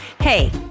Hey